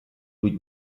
vuit